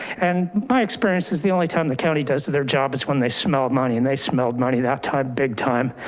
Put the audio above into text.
and my experience is the only time the county does their job is when they smell money and they smelled money that time, big time.